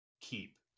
keep